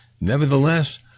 Nevertheless